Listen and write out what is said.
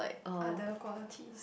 other qualities